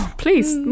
please